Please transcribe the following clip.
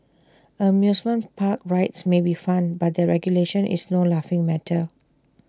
amusement park rides may be fun but their regulation is no laughing matter